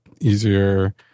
easier